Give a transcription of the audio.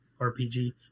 rpg